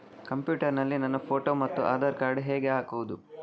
Computer ನಲ್ಲಿ ನನ್ನ photo ಮತ್ತು ಆಧಾರ್ ಕಾರ್ಡ್ ಹೇಗೆ ಹಾಕುವುದು?